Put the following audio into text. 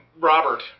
Robert